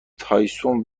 تایسون